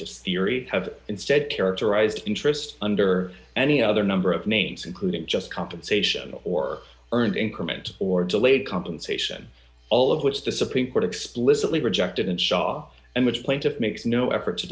s theory have instead characterized interest under any other number of names including just compensation or earned increment or delayed compensation all of which the supreme court explicitly rejected in shaw and which plaintiff makes no effort to